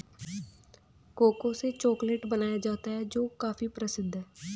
cocoa से chocolate बनाया जाता है जो काफी प्रसिद्ध है